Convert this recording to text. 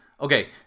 okay